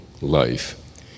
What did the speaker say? life